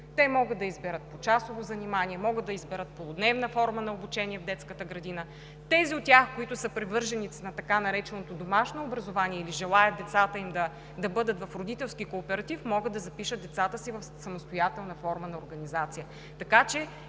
Те могат да изберат почасово занимание, могат да изберат полудневна форма на обучение в детската градина. Тези от тях, които са привърженици на така нареченото домашно образование или желаят децата им да бъдат в родителски кооператив, могат да запишат децата си в самостоятелна форма на организация,